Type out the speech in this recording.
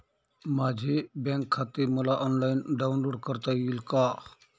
माझे बँक खाते मला ऑनलाईन डाउनलोड करता येईल का?